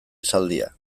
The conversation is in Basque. esaldia